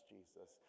Jesus